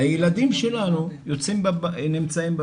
והילדים שלנו נמצאים בבית.